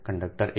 conductor 1